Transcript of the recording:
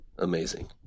amazing